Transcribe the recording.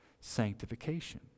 sanctification